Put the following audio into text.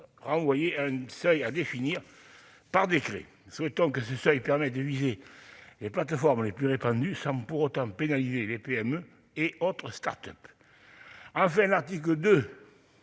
définira un seuil de déclenchement. Souhaitons que ce seuil permette de viser les plateformes les plus répandues sans pour autant pénaliser les PME et les start-up. Enfin, l'article 2